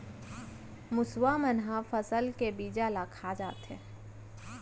मुसवा मन ह फसल के बीजा ल खा जाथे